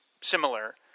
similar